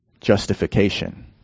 Justification